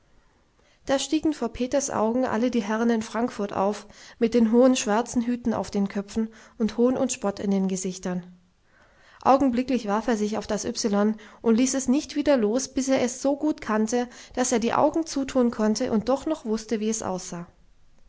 da stiegen vor peters augen alle die herren in frankfurt auf mit den hohen schwarzen hüten auf den köpfen und hohn und spott in den gesichtern augenblicklich warf er sich auf das ypsilon und ließ es nicht wieder los bis er es so gut kannte daß er die augen zutun konnte und doch noch wußte wie es aussah